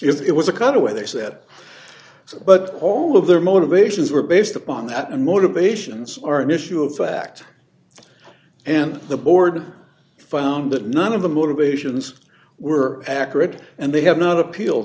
if it was a cutaway they said so but all of their motivations were based upon that and motivations are an issue of fact and the board found that none of the motivations were accurate and they have not appeal